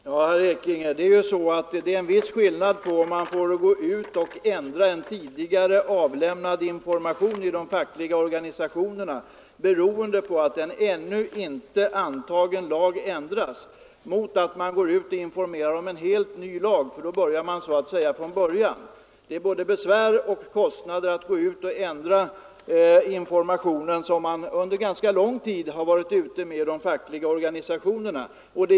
Herr talman! Jag vill säga till herr Ekinge att det är en viss skillnad för de fackliga organisationerna mellan att ändra tidigare lämnad information, beroende på att en ännu inte antagen lag ändras, och att gå ut och informera om en helt ny lag, eftersom man i det senare fallet så att säga börjar från början. Det medför både besvär och kostnader att ändra en information som man under ganska lång tid har lämnat.